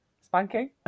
spanking